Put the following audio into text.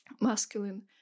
masculine